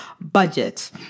budget